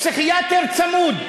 פסיכיאטר צמוד.